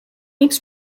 its